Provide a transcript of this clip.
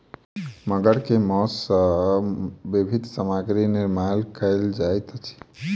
मगर के मौस सॅ विभिन्न सामग्री निर्माण कयल जाइत अछि